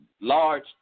large